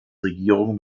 regierung